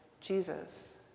Jesus